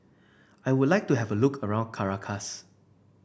I would like to have a look around Caracas